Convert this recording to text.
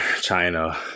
China